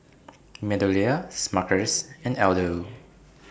Meadowlea Smuckers and Aldo